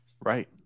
Right